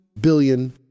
billion